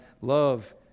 love